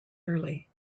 early